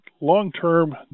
Long-term